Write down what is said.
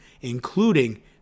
including